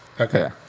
Okay